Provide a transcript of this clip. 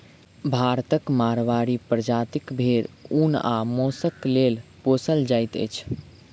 भारतक माड़वाड़ी प्रजातिक भेंड़ ऊन आ मौंसक लेल पोसल जाइत अछि